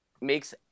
makes